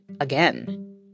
again